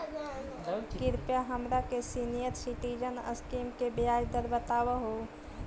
कृपा हमरा के सीनियर सिटीजन स्कीम के ब्याज दर बतावहुं